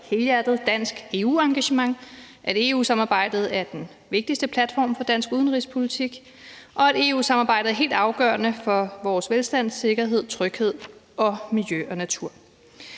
helhjertet dansk EU-engagement, at EU-samarbejdet er den vigtigste platform for dansk udenrigspolitik, og at EU-samarbejdet er helt afgørende for vores velstand, sikkerhed, tryghed og miljø og natur.